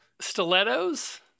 stilettos